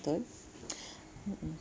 betul mm mm